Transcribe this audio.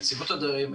נציגות הדיירים,